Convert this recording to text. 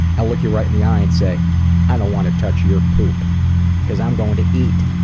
i'll look you right in the eye and say i don't want to touch your poop because i'm going to eat.